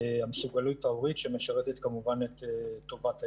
המסוגלות ההורית, שמשרתת כמובן את טובת הילד.